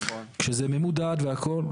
כשזה ממודד והכל.